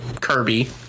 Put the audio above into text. Kirby